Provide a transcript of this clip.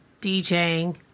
DJing